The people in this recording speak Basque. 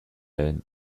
lehen